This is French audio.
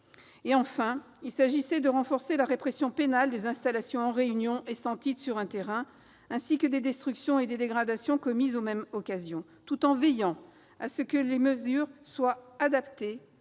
par ailleurs, prévu de renforcer la répression pénale des installations en réunion et sans titre sur un terrain, ainsi que des destructions et dégradations commises aux mêmes occasions, tout en veillant à ce que les mesures soient adaptées